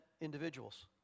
individuals